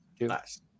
Nice